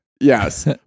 Yes